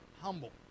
humble